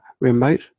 remote